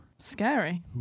Scary